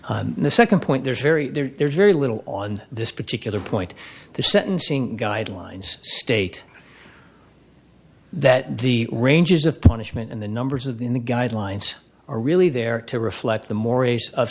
you the second point there is very there's very little on this particular point the sentencing guidelines state that the ranges of punishment and the numbers of the in the guidelines are really there to reflect the mores of